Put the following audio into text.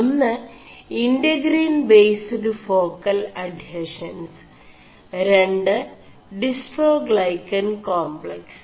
ഒM് ഇെ4ഗിൻ േബസ്ഡ് േഫാ ൽ അഡ്ഹഷൻസ് ര് ഡിസ്േ4ടാൈøകാൻ േകാെfiക്സ്